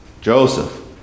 Joseph